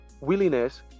willingness